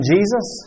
Jesus